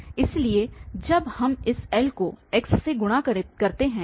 इसलिए जब हम इस L को x से गुणा करते हैं